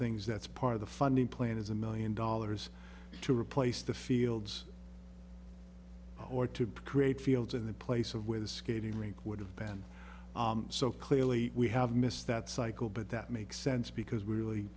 things that's part of the funding plan is a million dollars to replace the fields or to create fields in the place of where the skating rink would have been so clearly we have missed that cycle but that makes sense because we really